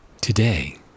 Today